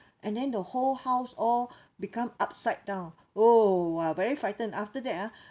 and then the whole house all become upside down oh !wah! very frightened after that ah